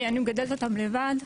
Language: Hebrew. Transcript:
אני מגדלת אותם לבד,